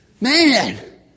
man